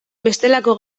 bestelako